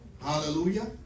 Hallelujah